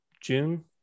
june